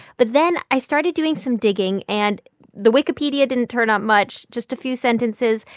but then i started doing some digging, and the wikipedia didn't turn up much just a few sentences.